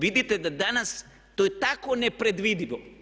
Vidite da danas, to je tako nepredvidivo.